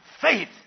faith